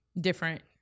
Different